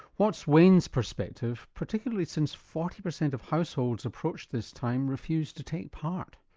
what's wayne's perspective, particularly since forty percent of households approached this time refused to take part?